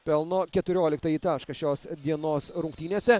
pelno keturioliktąjį tašką šios dienos rungtynėse